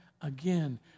again